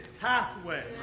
pathway